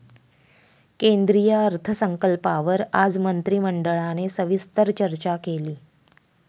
केंद्रीय अर्थसंकल्पावर आज मंत्रिमंडळाने सविस्तर चर्चा केली